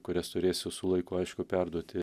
kurias turėsiu su laiku aišku perduoti